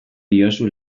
diozu